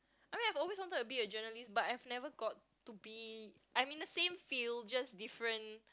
I mean I've always wanted to be a journalist but I've never got to be I'm in the same field just different